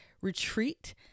retreat